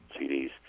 CDs